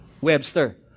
Webster